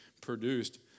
produced